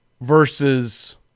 versus